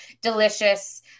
delicious